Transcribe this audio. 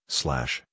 slash